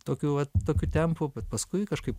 tokiu vat tokiu tempu bet paskui kažkaip